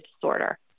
disorder